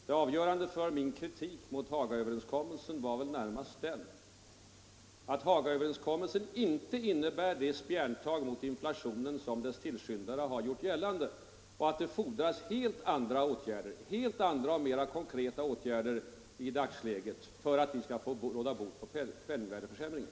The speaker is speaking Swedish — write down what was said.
Det avgörande för min kritik mot Hagaöverenskommelsen var att den inte innebär det ”spjärntag” mot inflationen som dess tillskyndare har gjort gällande och att det nu fordras helt andra och mera konkreta åtgärder för att vi skall kunna råda bot på penningvärdeförsämringen.